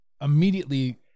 immediately